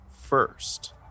first